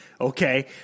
okay